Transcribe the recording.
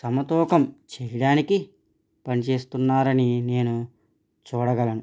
సమతూకం చేయడానికి పనిచేస్తున్నారని నేను చూడగలను